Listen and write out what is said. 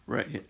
Right